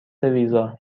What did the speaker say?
ویزا